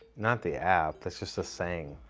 not the ab. that's just a saying.